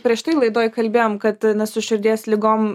prieš tai laidoj kalbėjom kad na su širdies ligom